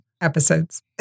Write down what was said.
episodes